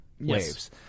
waves